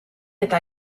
eta